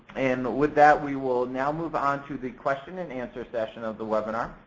and with that, we will now move on to the question and answer session of the webinar.